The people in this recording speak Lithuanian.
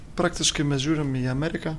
praktiškai mes žiūrim į ameriką